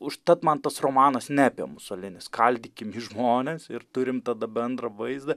užtat man tas romanas ne apie musolinį skaldykim į žmones ir turim tada bendrą vaizdą